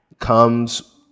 comes